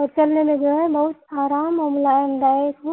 और चलने में जो है बहुत आराम और मुलायमदायक हों